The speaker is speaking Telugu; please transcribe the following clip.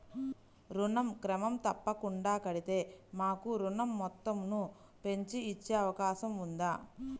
ఋణం క్రమం తప్పకుండా కడితే మాకు ఋణం మొత్తంను పెంచి ఇచ్చే అవకాశం ఉందా?